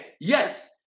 Yes